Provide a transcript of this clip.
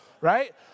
right